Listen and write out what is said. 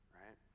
right